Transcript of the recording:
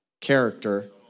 character